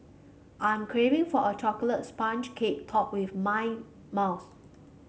I am craving for a chocolate sponge cake topped with mint mousse